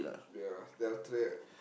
yeah then after that